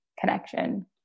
connection